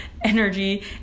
energy